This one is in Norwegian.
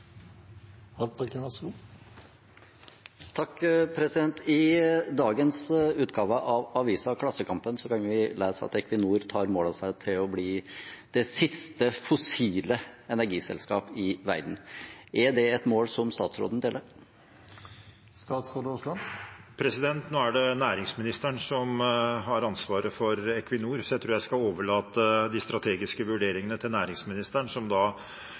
I dagens utgave av avisen Klassekampen kan vi lese at Equinor tar mål av seg til å bli det siste fossile energiselskap i verden. Er det et mål som statsråden deler? Nå er det næringsministeren som har ansvaret for Equinor, så jeg tror jeg skal overlate de strategiske vurderingene til næringsministeren, som